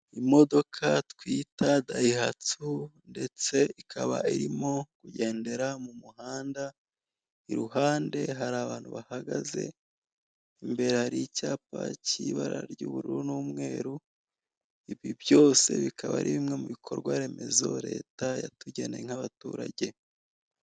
Imodoka twita dayihatso ndetse ikaba irimo kugendera mu muhanda, iruhande hari abantu bahagaze. Imbere hari icyapa cy'ibara ry'ubururu n'umweru. Ibi byose bikaba ari bimwe mu bikorwa remezo leta yatugenenya nk'abaturage.